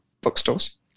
bookstores